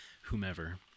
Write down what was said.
whomever